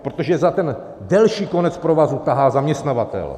Protože za ten delší konec provazu tahá zaměstnavatel.